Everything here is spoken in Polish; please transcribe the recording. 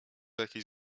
jakieś